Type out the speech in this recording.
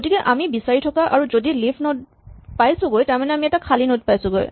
গতিকে আমি বিচাৰি থাকিম আৰু যদি লিফ নড পাইছোগৈ তাৰমানে আমি এটা খালী নড পাইছোগৈ